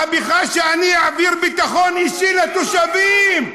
מהפכה, שאני אעביר ביטחון אישי לתושבים,